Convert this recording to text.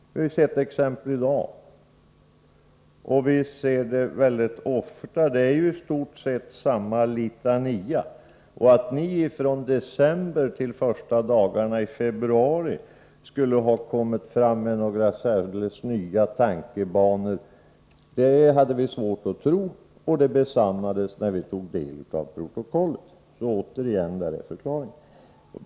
Vi har sett exempel i dag, och f. ö. mycket ofta — det är ju i stort sett samma litania. Att ni från december till de första dagarna i februari skulle komma med några särdeles nya tankar hade vi svårt att tro på, vilket också visade sig vara välgrundat när vi tog del av protokollet. Det är förklaringen.